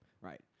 Right